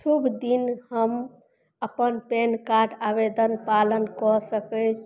सबदिन हम अपन पैन कार्ड आवेदनके पालन कऽ सकै